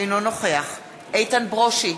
אינו נוכח איתן ברושי,